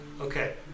Okay